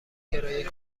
کرایه